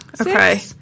Okay